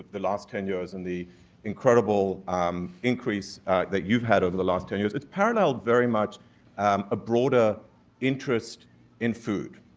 the last ten years and the incredible um increase that you've had over the last ten years, it's paralleled very much a broader interest in food,